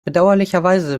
bedauerlicherweise